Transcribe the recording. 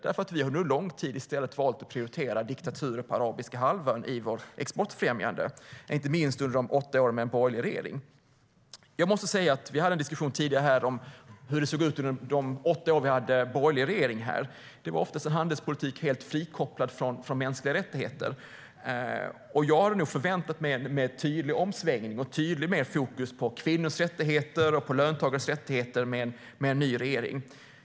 Vi har ju under lång tid i stället valt att prioritera diktaturer på arabiska halvön i vårt exportfrämjande, inte minst under de åtta åren med en borgerlig regering. Vi hade en diskussion tidigare här om hur det såg ut under de åtta år vi hade en borgerlig regering. Det var oftast en handelspolitik helt frikopplad från mänskliga rättigheter. Jag hade nog förväntat mig en tydligare omsvängning och tydligare fokus på kvinnors rättigheter och på löntagares rättigheter med en ny regering.